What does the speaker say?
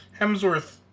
Hemsworth